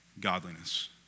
godliness